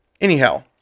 Anyhow